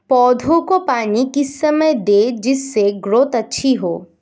पौधे को पानी किस समय दें जिससे ग्रोथ अच्छी हो?